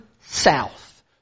south